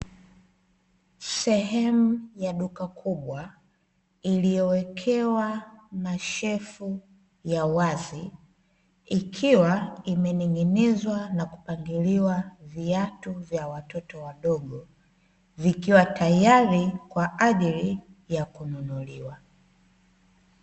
Sehemu ya duka kubwa, iliyowekewa mashelfu ya wazi, ikiwa imening'inizwa na kupangiliwa viatu vya watoto wadogo, vikiwa tayari kwa ajili ya kununuliwa.